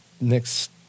next